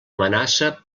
amenaça